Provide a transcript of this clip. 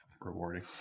rewarding